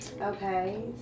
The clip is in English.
Okay